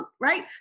right